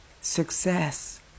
success